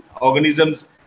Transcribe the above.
organisms